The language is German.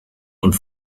und